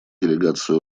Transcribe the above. делегации